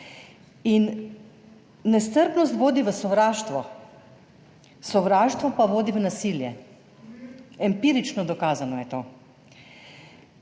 nestrpnost vodi v sovraštvo, sovraštvo pa vodi v nasilje. Empirično